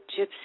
Gypsy